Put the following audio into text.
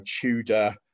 Tudor